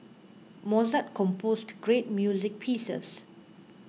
Mozart composed great music pieces